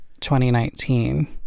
2019